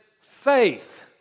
faith